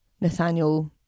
Nathaniel